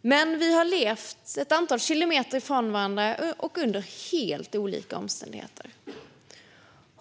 Vi har dock levt ett antal kilometer från varandra och under helt olika omständigheter.